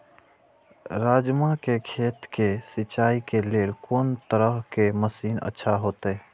राजमा के खेत के सिंचाई के लेल कोन तरह के मशीन अच्छा होते?